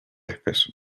espeso